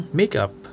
makeup